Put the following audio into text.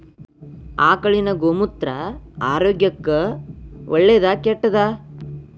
ಆಕಳಿನ ಗೋಮೂತ್ರ ಆರೋಗ್ಯಕ್ಕ ಒಳ್ಳೆದಾ ಕೆಟ್ಟದಾ?